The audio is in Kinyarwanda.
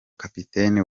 kapiteni